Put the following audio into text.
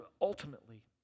ultimately